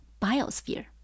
biosphere